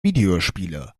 videospiele